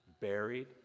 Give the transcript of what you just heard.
buried